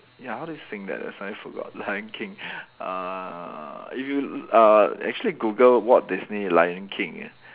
ya how do you sing that I suddenly forgot lion king uh if you uh actually Google Walt Disney lion king ah